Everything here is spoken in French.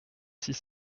six